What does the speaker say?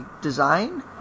design